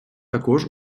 також